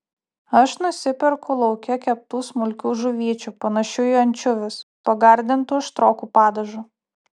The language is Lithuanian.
aš nusiperku lauke keptų smulkių žuvyčių panašių į ančiuvius pagardintų aštroku padažu